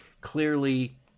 Clearly